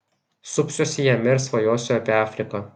supsiuosi jame ir svajosiu apie afriką